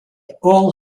all